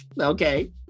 okay